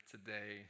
Today